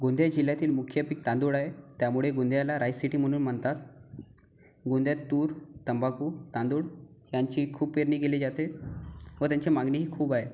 गोंदिया जिल्ह्यातील मुख्य पीक तांदूळ आहे त्यामुळे गोंदियाला राइस सिटी म्हणून म्हणतात गोंदियात तूर तंबाखू तांदूळ यांची खूप पेरणी केली जाते व त्यांची मागणी ही खूप आहे